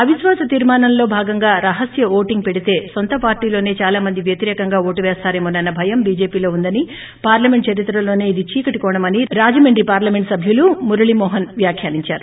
అవిశ్వాస తీర్మానంలో భాగంగా రహస్య ఓటింగ్ పెడితే నొంత పార్లీలోసే చాలా మంది వ్యతిరేకంగా ఓటు పేస్తారేమోనన్న భయం బీజేపీలో ఉందని పార్లమెంట్ చరిత్రలోనే ఇది చీకటి కోణమని రాజమండ్రి పార్లమెంట్ సబ్యులు మొరళీమోహన్ వ్యాఖ్యానించారు